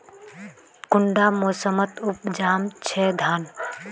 कुंडा मोसमोत उपजाम छै धान?